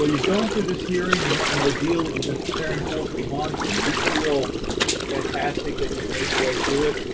you've gone through this hearing, and it's an ordeal that you've been preparing for for months and you feel fantastic that you've made your way through it.